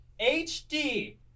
HD